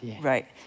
Right